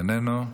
איננו,